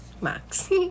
Max